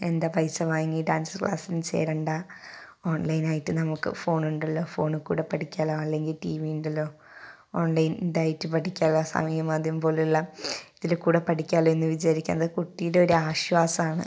എന്താണ് പൈസ വാങ്ങി ഡാൻസ് ക്ലാസ്സിന് ചേരേണ്ട ഓൺലൈൻ ആയിട്ട് നമുക്ക് ഫോൺ ഉണ്ടല്ലോ ഫോണ് കൂടെ പഠിക്കാലോ അല്ലെങ്കിൽ ടിവി ഉണ്ടല്ലോ ഓൺലൈൻ ഇതായിട്ട് പഠിക്കാലാ സമയം ആദ്യം പോലെ അല്ല ഇതിൽ കൂടെ പഠിക്കാലോ എന്നു വിചാരിക്കരുത് കുട്ടിയുടെ ഒരു ആശ്വാസമാണ്